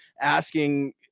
asking